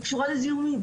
היא קשורה לזיהומים,